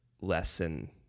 lesson